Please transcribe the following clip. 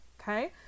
okay